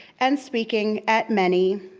and speaking at many,